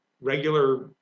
regular